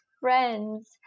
friends